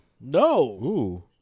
no